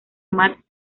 matt